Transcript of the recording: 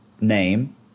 name